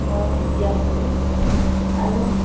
মই শিকি আহিছোঁ আৰু